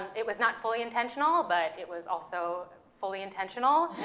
it was not fully intentional, but it was also fully intentional.